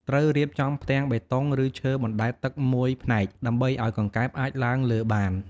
ត្រូវរៀបចំផ្ទាំងបេតុង ឬឈើបណ្ដែតទឹកមួយផ្នែក ដើម្បីឲ្យកង្កែបអាចឡើងលើបាន។